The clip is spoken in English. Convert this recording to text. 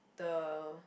the